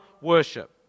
worship